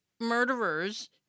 murderers